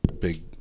big